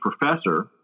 professor